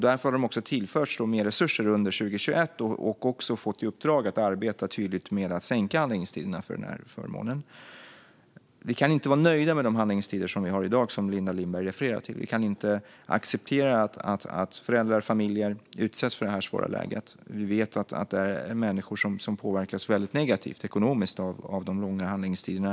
Därför har de tillförts mer resurser 2021 och har också fått i uppdrag att tydligt arbeta med att sänka handläggningstiderna för denna förmån. Vi kan inte vara nöjda med dagens handläggningstider, som Linda Lindberg refererar till. Vi kan inte acceptera att föräldrar och familjer utsätts för detta svåra läge. Vi vet att det finns människor som påverkas ekonomiskt väldigt negativt av de långa handläggningstiderna.